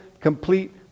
complete